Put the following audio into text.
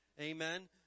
Amen